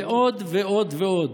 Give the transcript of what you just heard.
ועוד ועוד ועוד.